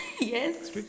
Yes